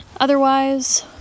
Otherwise